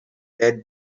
that